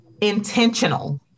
intentional